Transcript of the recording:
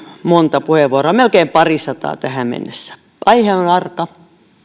monta puheenvuoroa melkein parisataa tähän mennessä aihe on arka